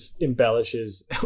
embellishes